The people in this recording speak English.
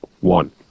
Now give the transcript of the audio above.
one